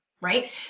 right